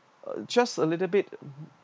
uh just a little bit